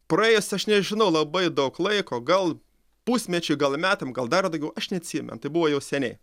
praėjus aš nežinau labai daug laiko gal pusmečiui gal metam gal dar daugiau aš neatsimenu tai buvo jau seniai